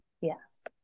Yes